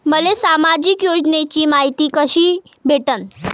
मले सामाजिक योजनेची मायती कशी भेटन?